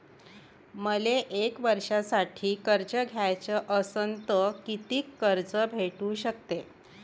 मले एक वर्षासाठी कर्ज घ्याचं असनं त कितीक कर्ज भेटू शकते?